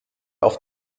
auf